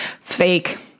fake